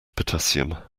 potassium